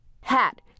Hat